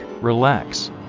relax